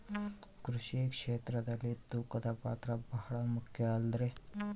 ಕೃಷಿ ಕ್ಷೇತ್ರದಲ್ಲಿ ತೂಕದ ಪಾತ್ರ ಬಹಳ ಮುಖ್ಯ ಅಲ್ರಿ?